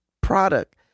product